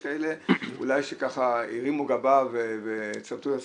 יש כאלה שאולי הרימו גבה וצבטו את עצמם,